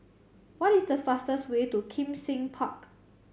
what is the fastest way to Kim Seng Park